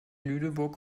lüneburg